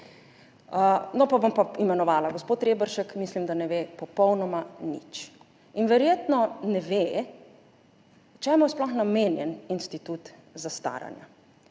No potem bom pa imenovala. Gospod Reberšek mislim, da ne ve popolnoma nič. In verjetno ne ve, čemu je sploh namenjen institut zastaranja,